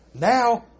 now